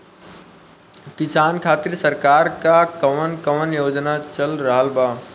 किसान खातिर सरकार क कवन कवन योजना चल रहल बा?